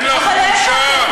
אין לך בושה.